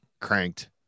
cranked